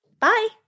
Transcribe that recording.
Bye